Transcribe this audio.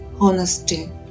Honesty